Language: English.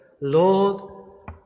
Lord